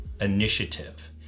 Initiative